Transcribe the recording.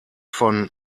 von